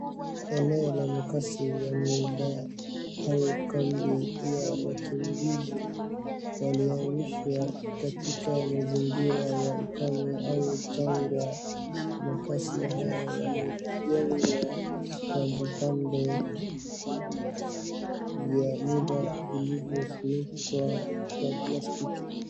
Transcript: Eneo la makazi ya muda au kambi ya wakimbizi waliohamishwa katika mazingira ya ukame au jangwa. Makazi haya yamejengwa kwa vipande vya muda vilivyofunikwa kwa plastiki.